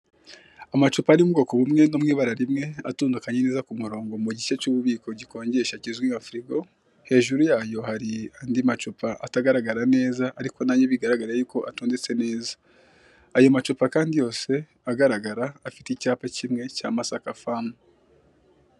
Amacupa ari mu bwoko bumwe no mu ibara rimwe atondekanye neza ku murongo mu gice cy'ububiko gikonjesha kizwi neza nka firigo, hejuru yayo hari andi macupa atagaragara neza ariko natyo bigaragara ko atondetse neza. Ayo macupa kandi yose agaragara afite icyapa kimwe cya masakafamu.